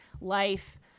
life